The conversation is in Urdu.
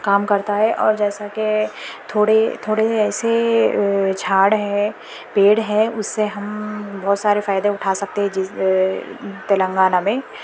کام کرتا ہے اور جیسا کہ تھوڑے تھوڑے ایسے جھاڑ ہے پیڑ ہے اس سے ہم بہت سارے فائدے اٹھا سکتے ہے جس تلنگانہ میں